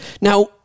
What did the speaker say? Now